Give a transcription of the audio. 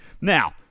Now